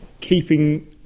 keeping